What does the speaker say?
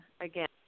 again